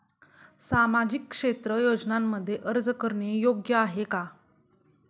सामाजिक क्षेत्र योजनांमध्ये अर्ज करणे योग्य आहे का?